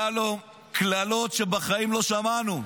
שלום, קללות שבחיים לא שמענו.